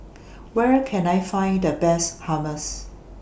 Where Can I Find The Best Hummus